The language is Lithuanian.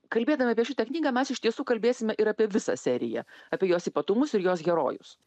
kalbėdami apie šitą knygą mes iš tiesų kalbėsime ir apie visą seriją apie jos ypatumus ir jos herojus